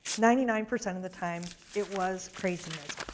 ninety nine percent of the time, it was craziness.